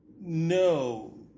No